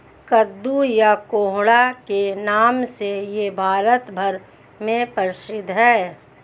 कद्दू या कोहड़ा के नाम से यह भारत भर में प्रसिद्ध है